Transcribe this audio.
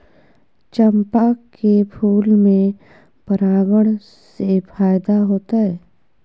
चंपा के फूल में परागण से फायदा होतय?